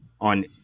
on